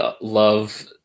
love